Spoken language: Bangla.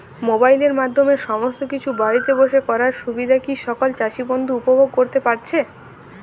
মোবাইলের মাধ্যমে সমস্ত কিছু বাড়িতে বসে করার সুবিধা কি সকল চাষী বন্ধু উপভোগ করতে পারছে?